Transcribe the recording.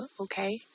okay